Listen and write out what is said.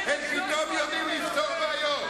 הם פתאום יודעים לפתור בעיות.